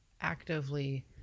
actively